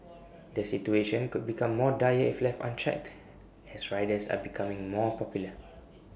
the situation could become more dire if left unchecked as riders are becoming more popular